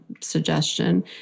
suggestion